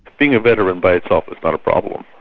being a veteran by itself is not a problem.